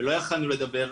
ולא יכולנו לדבר,